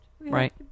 Right